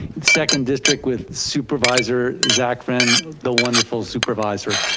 second district with supervisor zach friend, the wonderful supervisor.